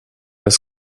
das